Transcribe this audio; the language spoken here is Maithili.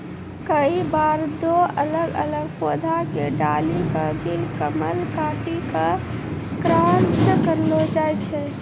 कई बार दो अलग अलग पौधा के डाली कॅ भी कलम काटी क क्रास करैलो जाय छै